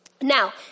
Now